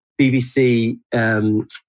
BBC